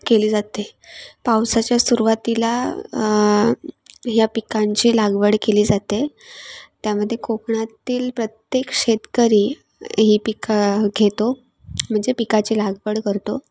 केली जाते पावसाच्या सुरवातीला ह्या पिकांची लागवड केली जाते त्यामध्ये कोकणातील प्रत्येक शेतकरी ही पिकं घेतो म्हणजे पिकाची लागवड करतो